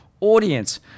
Audience